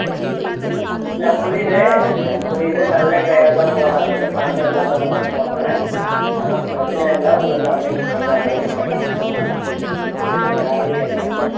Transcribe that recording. ம் இல்லை புரியுது எனக்கு புரியுது நல்ல ட்ரைவர் தான் போடுகிறோம் அந்த மாரி பழக்கம் இல்லாதவங்க தான் போடுகிறேன் ஒன்றும் பிரச்சின இல்லை உங்களுக்கு அப்டேட் பண்ணி அப்டேட் பண்ணிட்டு நான் தரேன் யார் என்னென்டு